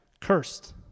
cursed